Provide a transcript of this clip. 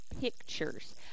pictures